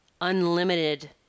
unlimited